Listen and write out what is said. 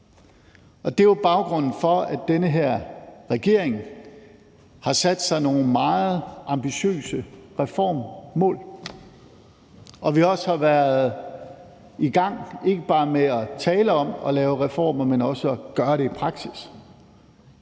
det er jo baggrunden for, at den her regering har sat sig nogle meget ambitiøse reformmål, og at vi også har været i gang med ikke bare at tale om at lave reformer, men også at udføre dem i praksis.